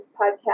podcast